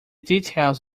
details